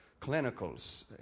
clinicals